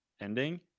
ending